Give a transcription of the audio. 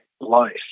life